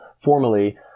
formally